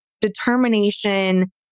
determination